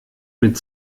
mit